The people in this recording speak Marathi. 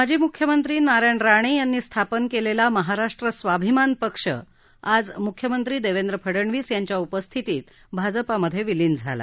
माजी मुख्यमंत्री नारायण राणे यांनी स्थापन केलेला महाराष्ट्र स्वाभिमान पक्ष आज मुख्यमंत्री देवेन्द्र फडणवीस यांच्या उपस्थितीत भाजपमध्ये विलीन झाला